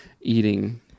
eating